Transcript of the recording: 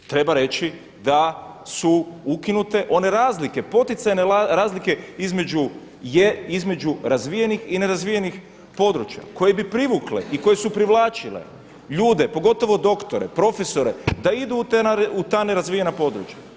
Treba reći da su ukinute one razlike, poticajne razlike između razvijenih i nerazvijenih područja koje bi privukle i koje su privlačile ljude pogotovo doktore, profesore da idu u ta nerazvijena područja.